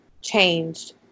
changed